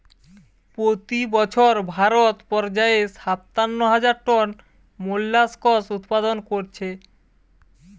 পোতি বছর ভারত পর্যায়ে সাতান্ন হাজার টন মোল্লাসকস উৎপাদন কোরছে